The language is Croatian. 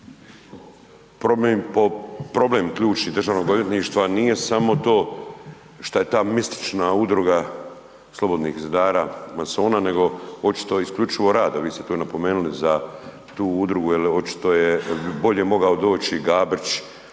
problem ključni DORH-a nije samo to što je ta mistička udruga Slobodnih zidara, masona, nego očito isključivo rad, a vi ste tu napomenuli za tu udrugu, jer očito je bolje mogao doći Gabrić,